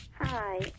Hi